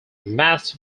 mast